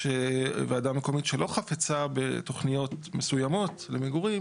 שוועדה מקומית שלא חפצה בתוכניות מסוימות למגורים